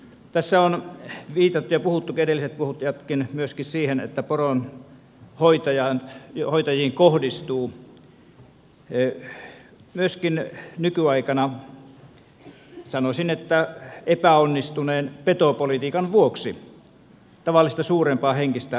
tässä ovat edelliset puhujatkin viitanneet myöskin siihen että poronhoitajiin kohdistuu myöskin nykyaikana sanoisin että epäonnistuneen petopolitiikan vuoksi tavallista suurempaa henkistä painetta